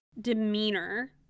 demeanor